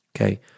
okay